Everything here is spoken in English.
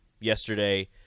yesterday